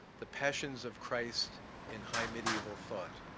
the passions of christ in high medieval thought,